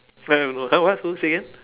trying to know !huh! what who say again